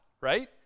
right